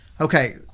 Okay